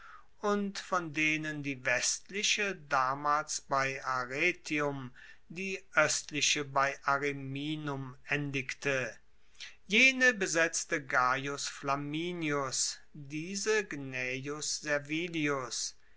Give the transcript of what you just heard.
und von denen die westliche damals bei arretium die oestliche bei ariminum endigte jene besetzte gaius flaminius diese